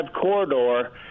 corridor